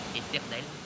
éternel